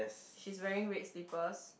she is wearing red slippers